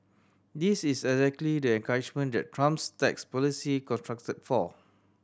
this is exactly the encouragement that Trump's tax policy constructed for